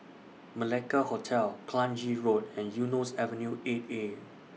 Malacca Hotel Kranji Road and Eunos Avenue eight A